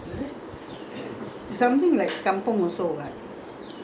considered something like that lah something like that